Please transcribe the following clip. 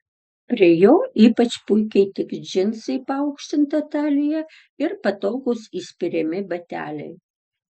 prie jo ypač puikiai tiks džinsai paaukštinta talija ir patogūs įspiriami bateliai